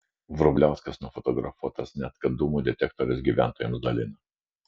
vrubliauskas nufotografuotas net kad dūmų detektorius gyventojams dalina